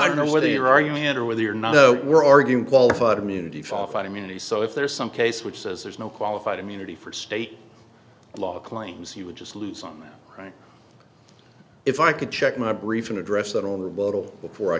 i don't know whether you're arguing it or whether you're not though we're arguing qualified immunity for a fight immunity so if there's some case which says there's no qualified immunity for state law claims he would just lose all right if i could check my brief and address that on the bottle before i